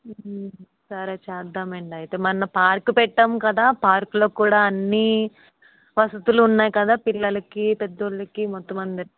సరే చేద్దాము అండి అయితే మొన్న పార్క్ పెట్టాము కదా పార్క్లో కూడా అన్ని వసతులు ఉన్నాయి కదా పిల్లలకి పెద్ద వాళ్ళకి మొత్తం అందరికీ